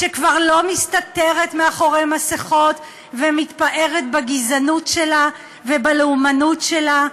שכבר לא מסתתרת מאחורי מסכות ומתפארת בגזענות שלה ובלאומנות שלה.